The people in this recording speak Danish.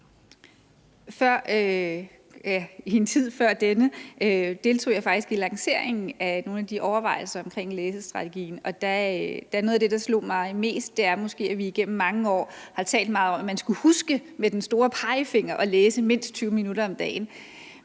I en tid før denne deltog jeg faktisk i lanceringen af nogle af de overvejelser omkring læsestrategien. Og noget af det, der slog mig mest, var måske, at vi igennem mange år har talt meget om, at man skulle huske – med den store pegefinger – at læse mindst 20 minutter om dagen.